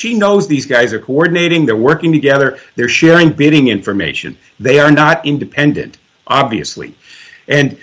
she knows these guys are coordinating they're working together they're sharing bidding information they are not independent obviously and